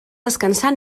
descansar